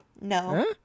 No